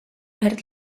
perd